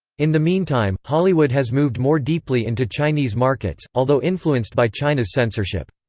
in the meantime, hollywood has moved more deeply into chinese markets, although influenced by china's censorship.